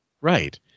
Right